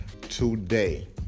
today